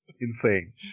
Insane